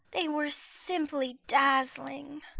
they were simply dazzling.